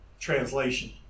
translation